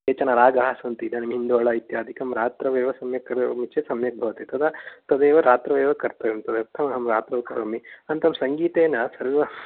केचन रागाः सन्ति इदानीं हिन्दोळ इत्यादिकं रात्रौ एव सम्यक् करोमि चेत् सम्यक् भवति तदा तदेव रात्रौ एव कर्तव्यं तदर्थम् अहं रात्रौ करोमि अनन्त्तरं सङ्गीतेन सर्वं